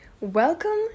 Welcome